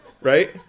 Right